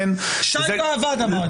שי באב"ד אמר?